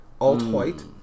Alt-white